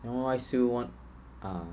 then why still want ah